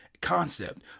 concept